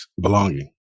belonging